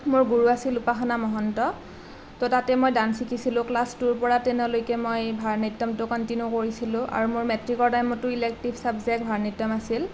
মোৰ গুৰু আছিল উপাসনা মহন্ত তো তাতে মই ডান্স শিকিছিলোঁ ক্লাছ টুৰ পৰা টেনলৈকে মই ভাৰত নাত্যমটো কণ্টিনিউ কৰিছিলোঁ আাৰু মোৰ মেট্ৰিকৰ টাইমতো ইলেক্টিভ ছাবজেক্ট ভাৰত নাত্যম আছিল